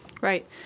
Right